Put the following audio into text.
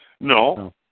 No